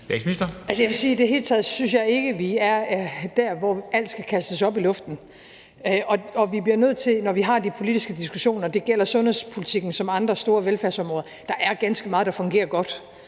(Mette Frederiksen): Jeg vil sige, at i det hele taget synes jeg ikke, vi er der, hvor alt skal kastes op i luften, og vi bliver nødt til, når vi har de politiske diskussioner – det gælder sundhedspolitikken såvel som andre store velfærdsområder – at sige, at der er ganske meget, der fungerer godt.